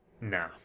No